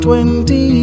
Twenty